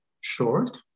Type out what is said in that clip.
short